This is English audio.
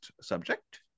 subject